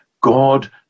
God